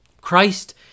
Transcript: Christ